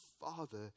father